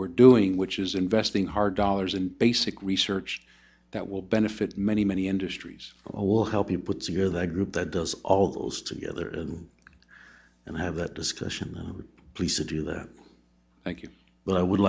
we're doing which is investing hard dollars in basic research that will benefit many many industries a little help you put together the group that does all those together and have that discussion please to do that thank you but i would